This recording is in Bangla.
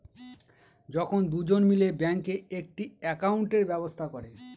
যখন দুজন মিলে ব্যাঙ্কে একটি একাউন্টের ব্যবস্থা করে